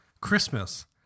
Christmas